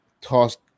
tossed